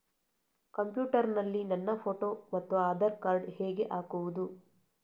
Computer ನಲ್ಲಿ ನನ್ನ photo ಮತ್ತು ಆಧಾರ್ ಕಾರ್ಡ್ ಹೇಗೆ ಹಾಕುವುದು?